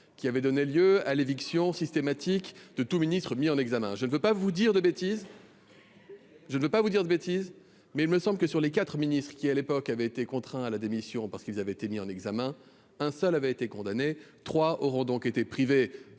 qui avait donné lieu à l'éviction systématique de tout ministre mis en examen, je ne veux pas vous dire de bêtises. Je ne veux pas vous dire de bêtise, mais il me semble que sur les quatres Ministre qui à l'époque avait été contraint à la démission parce qu'ils avaient été mis en examen, un seul avait été condamné trois auront donc été privé